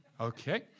Okay